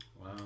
Wow